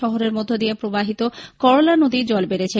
শহরের মধ্য দিয়ে প্রবাহিত করলা নদীর জল বেডেছে